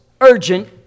urgent